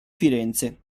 firenze